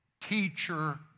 teacher